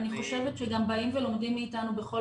אני חושבת שגם באים ולומדים מאיתנו מכל